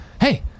hey